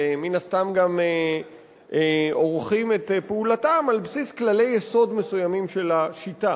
ומן הסתם גם עורכים את פעולתם על בסיס כללי יסוד מסוימים של השיטה